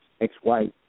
ex-wife